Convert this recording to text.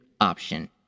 option